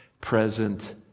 present